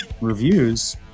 reviews